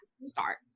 start